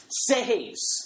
saves